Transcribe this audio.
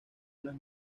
unas